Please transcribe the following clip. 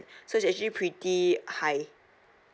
so is actually pretty high